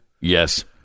Yes